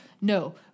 No